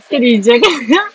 terus dia reject